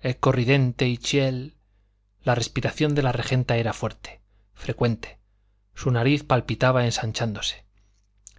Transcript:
ecco ridente il ciel la respiración de la regenta era fuerte frecuente su nariz palpitaba ensanchándose